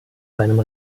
seinem